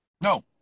No